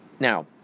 Now